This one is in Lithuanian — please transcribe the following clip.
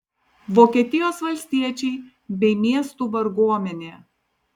vokietijos valstiečiai bei miestų varguomenė